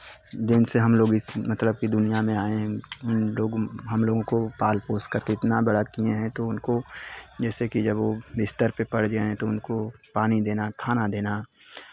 दिन से हम लोग इस मतलब कि दुनियाँ में आए हैं हम लोग हम लोगों को पाल पोसकर के इतना बड़ा किए हैं तो उनको जैसे कि जब वो बिस्तर पे पड़ जाएँ तो उनको पानी देना खाना देना